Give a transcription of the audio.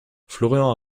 florian